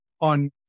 on